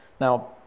Now